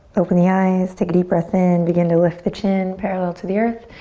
open the eyes, take a deep breath in, begin to lift the chin parallel to the earth.